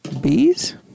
Bees